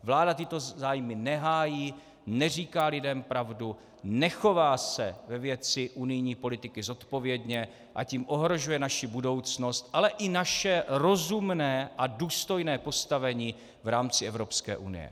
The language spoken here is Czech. Vláda tyto zájmy nehájí, neříká lidem pravdu, nechová se ve věci unijní politiky zodpovědně, a tím ohrožuje naši budoucnost, ale i naše rozumné a důstojné postavení v rámci Evropské unie.